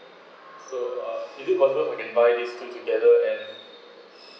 so uh is it possible we can but these two together and